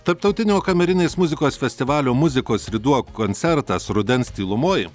tarptautinio kamerinės muzikos festivalio muzikos ruduo koncertas rudens tylumoj